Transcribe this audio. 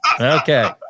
Okay